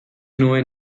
nuen